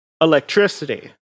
electricity